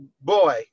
boy